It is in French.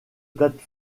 plate